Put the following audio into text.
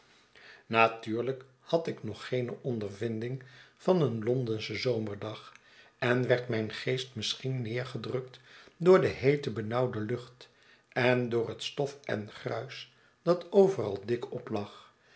natuurlijk had ik nog geene ondervinding van een londenschen zomerdag en werd mijn geest misschien neergedrukt door de heete benauwde lucht en door het stof en gruis dat overal dik op lag